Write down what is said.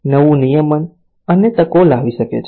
નવું નિયમન અનેક તકો લાવી શકે છે